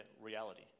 reality